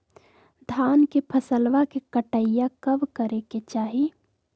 धान के फसलवा के कटाईया कब करे के चाही?